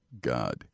God